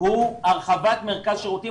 הוא הרחבת מרכז שירותים,